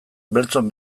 beltzon